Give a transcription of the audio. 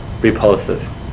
repulsive